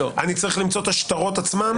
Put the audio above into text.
אני צריך למצוא את השטרות עצמם?